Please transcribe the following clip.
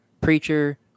Preacher